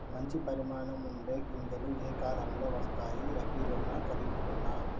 మంచి పరిమాణం ఉండే గింజలు ఏ కాలం లో వస్తాయి? రబీ లోనా? ఖరీఫ్ లోనా?